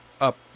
up